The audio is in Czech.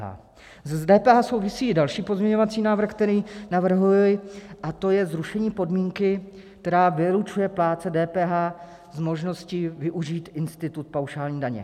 S DPH souvisí další pozměňovací návrh, který navrhuji, to je zrušení podmínky, která vylučuje plátce DPH z možnosti využít institut paušální daně.